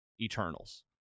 eternals